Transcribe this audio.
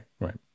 right